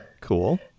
Cool